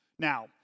Now